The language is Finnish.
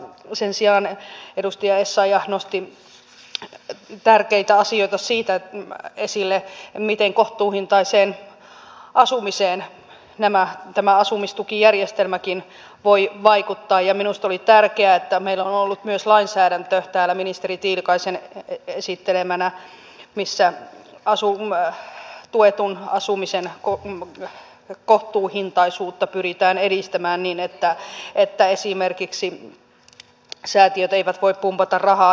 sen sijaan edustaja essayah nosti tärkeitä asioita esille siitä miten tämä asumistukijärjestelmäkin voi vaikuttaa kohtuuhintaiseen asumiseen ja minusta on tärkeää että meillä on ollut täällä ministeri tiilikaisen esittelemänä myös lainsäädäntö missä tuetun asumisen kohtuuhintaisuutta pyritään edistämään niin että esimerkiksi säätiöt eivät voi pumpata rahaa